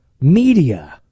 media